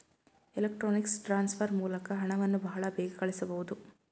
electronics transfer ಮೂಲಕ ಹಣವನ್ನು ಬಹಳ ಬೇಗ ಕಳಿಸಬಹುದು